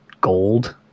gold